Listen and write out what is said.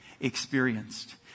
Experienced